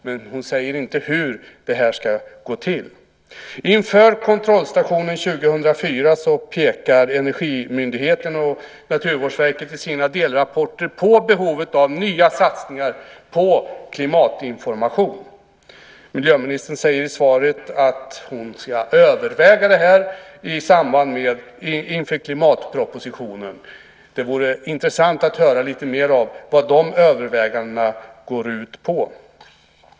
Men hon säger inte hur detta ska gå till. Inför kontrollstationen 2004 pekar Energimyndigheten och Naturvårdsverket i sina delrapporter på behovet av nya satsningar på klimatinformation. Miljöministern säger i svaret att hon ska överväga detta inför klimatpropositionen. Det vore intressant att höra lite mer om vad dessa överväganden går ut på.